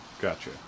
Gotcha